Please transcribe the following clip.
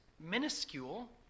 minuscule